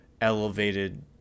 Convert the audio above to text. elevated